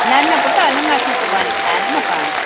न न पुटु हलंदासीं सुभाणे खाइणु न पाण